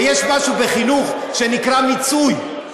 ויש משהו בחינוך שנקרא מיצוי.